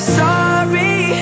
sorry